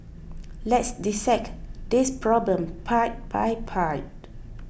let's dissect this problem part by part